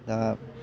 दा